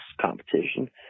competition